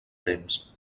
temps